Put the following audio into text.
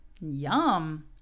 Yum